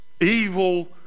evil